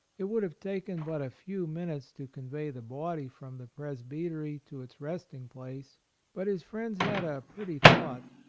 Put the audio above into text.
it would have taken but a few minutes to convey the body from the presbytery to its resting-place but his friends had a pretty thought.